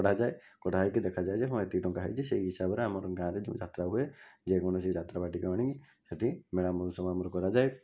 କରାଯାଏ କରାହେଇକି ଦେଖାଯାଏ ହଁ ଏତିକି ଟଙ୍କା ହେଇଛି ସେହି ହିସାବରେ ଆମର ଗାଁ'ରେ ଯାତ୍ରା ହୁଏ ଯେକୌଣସି ଯାତ୍ରା ପାଟିକୁ ଆଣି ସେଠି ମେଳା ମହୋତ୍ସବ ଆମର କରାଯାଏ